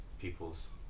people's